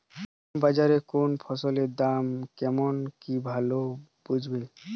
কোন বাজারে কোন ফসলের দাম কেমন কি ভাবে বুঝব?